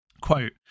Quote